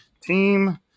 team